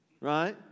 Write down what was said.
right